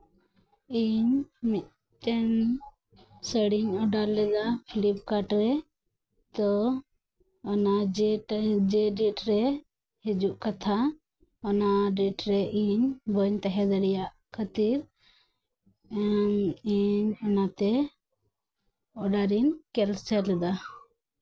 ᱤᱧ ᱢᱤᱫᱴᱟᱱ ᱥᱟᱲᱤᱧ ᱚᱰᱟᱨ ᱞᱮᱫᱟ ᱯᱷᱞᱤᱯᱠᱟᱨᱰ ᱨᱮ ᱛᱚ ᱚᱱᱟ ᱡᱮ ᱰᱮᱴ ᱨᱮ ᱦᱤᱡᱩᱜ ᱠᱟᱛᱷᱟ ᱚᱱᱟ ᱰᱮᱰ ᱨᱮ ᱤᱧ ᱵᱟᱹᱧ ᱛᱟᱦᱮᱸ ᱫᱟᱲᱮᱭᱟᱜ ᱠᱷᱟᱹᱛᱤᱨ ᱤᱧ ᱚᱱᱟᱛᱮ ᱚᱨᱰᱟᱨᱤᱧ ᱠᱮᱱᱥᱮᱞ ᱮᱫᱟ